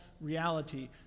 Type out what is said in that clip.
reality